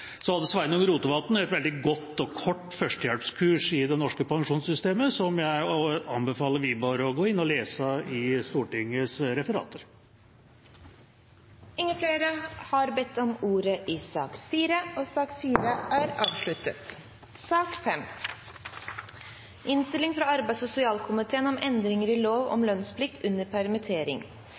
hadde Sveinung Rotevatn et veldig godt og kort førstehjelpskurs i det norske pensjonssystemet, som jeg anbefaler Wiborg å gå inn og lese i Stortingets referater. Flere har ikke bedt om ordet i sak nr. 4. Etter ønske fra arbeids- og sosialkomiteen vil presidenten foreslå at taletiden blir begrenset til 5 minutter til hver partigruppe og